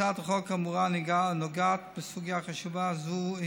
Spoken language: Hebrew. הצעת החוק האמורה נוגעת בסוגיה החשובה הזאת,